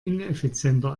ineffizienter